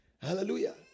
hallelujah